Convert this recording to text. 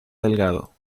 delgado